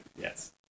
yes